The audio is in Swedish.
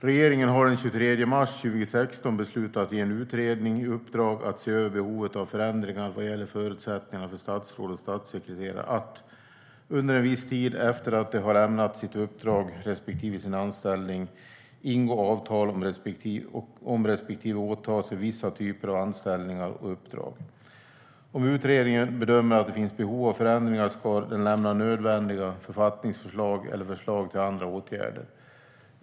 Regeringen har den 23 mars 2016 beslutat att ge en utredning i uppdrag att se över behovet av förändringar vad gäller förutsättningarna för statsråd och statssekreterare att under en viss tid efter det att de har lämnat sitt uppdrag respektive sin anställning ingå avtal om respektive åta sig vissa typer av anställningar och uppdrag. Om utredningen bedömer att det finns behov av förändringar ska den lämna nödvändiga författningsförslag eller förslag till andra åtgärder.